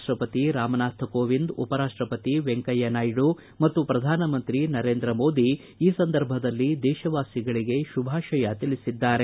ರಾಷ್ವಪತಿ ರಾಮನಾಥ ಕೋವಿಂದ್ ಉಪರಾಷ್ವಪತಿ ವೆಂಕಯ್ಯನಾಯ್ಡು ಮತ್ತು ಪ್ರಧಾನಮಂತ್ರಿ ನರೇಂದ್ರ ಮೋದಿ ಈ ಸಂದರ್ಭದಲ್ಲಿ ದೇಶವಾಸಿಗಳಿಗೆ ಶುಭಾಶಯ ತಿಳಿಸಿದ್ದಾರೆ